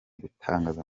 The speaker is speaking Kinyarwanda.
gutangaza